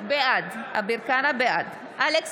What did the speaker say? בעד אלכס